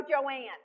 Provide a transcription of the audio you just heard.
Joanne